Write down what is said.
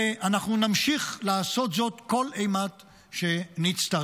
ואנחנו נמשיך לעשות זאת כל אימת שנצטרך.